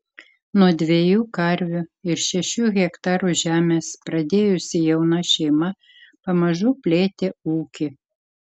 nuo dviejų karvių ir šešių hektarų žemės pradėjusi jauna šeima pamažu plėtė ūkį